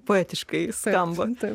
poetiškai skambantį